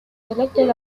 selected